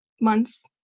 months